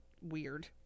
weird